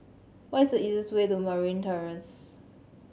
what is the easiest way to Marine Terrace